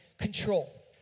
control